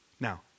Now